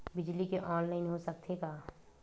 बिजली के ऑनलाइन हो सकथे का?